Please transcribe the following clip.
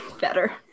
better